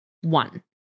One